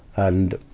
and,